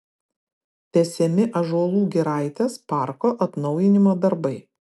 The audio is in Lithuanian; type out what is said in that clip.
tęsiami ąžuolų giraitės parko atnaujinimo darbai